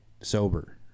sober